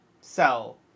Sell